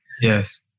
yes